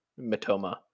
Matoma